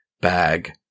bag